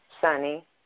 sunny